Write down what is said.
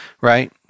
right